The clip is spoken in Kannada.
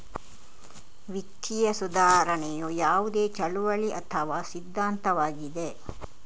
ವಿತ್ತೀಯ ಸುಧಾರಣೆಯು ಯಾವುದೇ ಚಳುವಳಿ ಅಥವಾ ಸಿದ್ಧಾಂತವಾಗಿದೆ